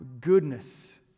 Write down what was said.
goodness